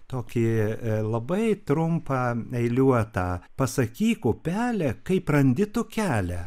tokį labai trumpą eiliuotą pasakyk upele kaip randi tu kelią